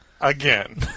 Again